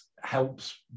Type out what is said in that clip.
helps